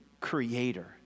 creator